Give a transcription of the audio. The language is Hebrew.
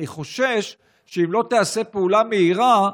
אני חושש שאם לא תעשה פעולה מהירה,